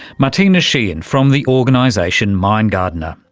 martina sheehan from the organisation mind gardener.